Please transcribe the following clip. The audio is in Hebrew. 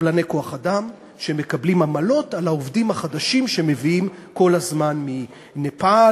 קבלני כוח-אדם שמקבלים עמלות על העובדים החדשים שמביאים כל הזמן מנפאל,